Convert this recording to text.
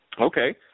Okay